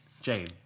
Jane